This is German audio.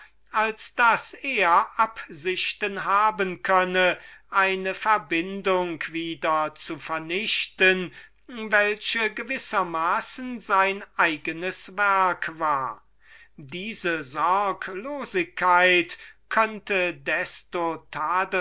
einfallen daß er absichten haben könne eine verbindung wieder zu vernichten die gewissermaßen sein eigenes werk war diese sorglosigkeit könnte vielleicht desto